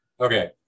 Okay